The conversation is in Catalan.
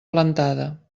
plantada